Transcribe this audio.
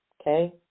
okay